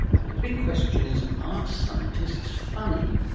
and the big question is, are scientists funny,